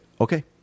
okay